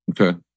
Okay